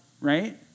right